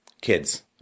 kids